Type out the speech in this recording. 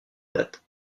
date